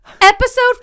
Episode